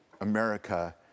America